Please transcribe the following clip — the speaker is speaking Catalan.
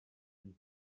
fins